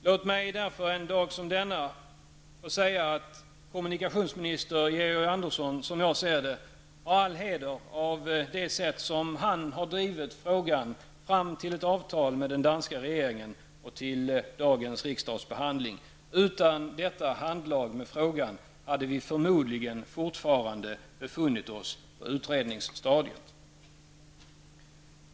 Låt mig därför en dag som denna säga att kommunikationsminister Georg Andersson har, som jag ser det, all heder av det sätt som han har drivit frågan på fram till ett avtal med den danska regeringen och till dagens riksdagsbehandling. Utan detta handlag med frågan hade vi förmodligen fortfarande befunnit oss på utredningsstadiet.